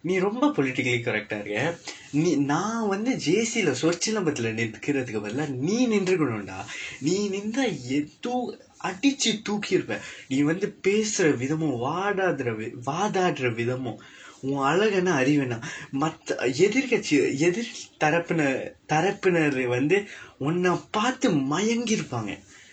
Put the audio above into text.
நீ ரொம்ப:nii rompa politically correct-aa இருக்கிற நீ நான் வந்து:irukkira nii naan vandthu J_C சொற்சிலம்பத்தில நிற்பதற்கு பதிலா நீ நின்றுக்குனும் டா நீ நின்றிருந்தா அடிச்சு தூக்கிருப்ப நீ வந்து பேசுற விதம்மும் வாதாடர வாதாடர விதமும் உன் அழகு என்ன அறிவு என்ன மற்ற எதிர் கட்சி எதிர் தரப்பினர் வந்து உன்ன பார்த்து மயங்கிருப்பார்கள்:sorsilambaththila nirpatharkku pathilaa nii ninrukkunum daa nii ninrirundthaa adichsi thuukiruppa nii vandthu peesura vithamum vaathaadara vaathaadara vithamum un azhaku enna arivu enna marra ethir katchsi ethir tharappinar tharappinar vandthu unna paarththu mayangkirupaarkal